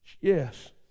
Yes